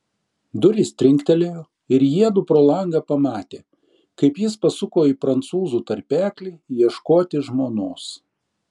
durys trinktelėjo ir jiedu pro langą pamatė kaip jis pasuko į prancūzų tarpeklį ieškoti žmonos